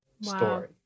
story